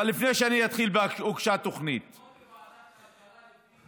אבל לפני שאני אתחיל ב"הוגשה תוכנית" בוועדת הכלכלה יודעים,